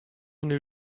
new